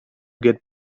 get